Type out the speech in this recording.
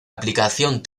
aplicación